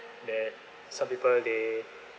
that some people they